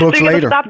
later